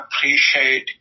appreciate